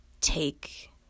take